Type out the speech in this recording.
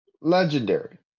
Legendary